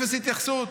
אפס התייחסות.